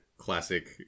Classic